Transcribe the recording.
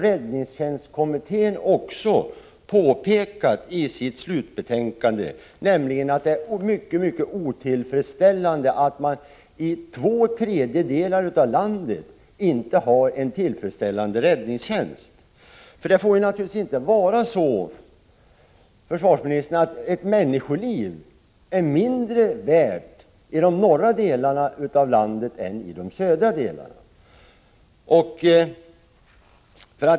Räddningstjänstkommittén har i sitt slutbetänkande påpekat att det är mycket otillfredsställande att man i två tredjedelar av landet inte har en godtagbar räddningstjänst. Det får naturligtvis inte vara på det sättet, herr försvarsminister, att ett människoliv är mindre värt i de norra delarna av landet än i de södra delarna.